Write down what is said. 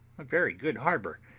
a very good harbour,